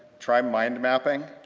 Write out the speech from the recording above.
try mind mapping.